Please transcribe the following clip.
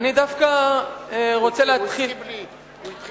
אני דווקא רוצה להתחיל, הוא הסכים בלי.